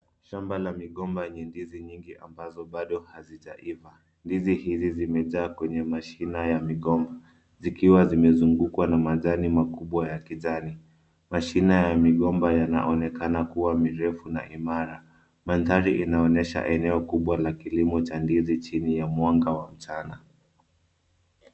Shamba la migomba yenye ndizi nyingi ambazo bado hazijaiva. Ndizi hizi zimejaa kwenye mashina ya migomba, zikiwa zimezungukwa na majani makubwa ya kijani. Mashina ya migomba yanaonekana kuwa mirefu na imara. Mandhari inaonyesha eneo kubwa la kilimo cha ndizi chini ya mwanga wa mchana.